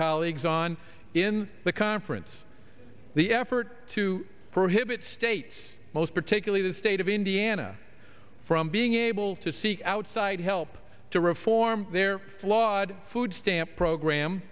colleagues on in the conference the effort to prohibit states most particularly the state of indiana from being able to seek outside help to reform their flawed food stamp program